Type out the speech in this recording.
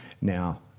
Now